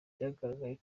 byagaragaye